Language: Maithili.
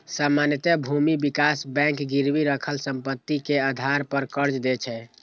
सामान्यतः भूमि विकास बैंक गिरवी राखल संपत्ति के आधार पर कर्ज दै छै